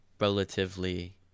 relatively